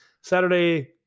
Saturday